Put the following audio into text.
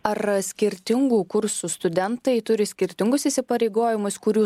ar skirtingų kursų studentai turi skirtingus įsipareigojimus kurių